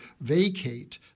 vacate